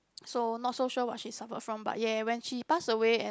so not so sure what she suffered from but ya when she passed away and